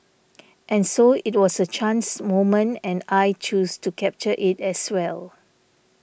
and so it was a chance moment and I chose to capture it as well